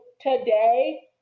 today